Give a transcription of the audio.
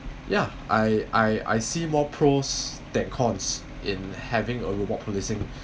ya I I I see more pros than cons in having a robot policing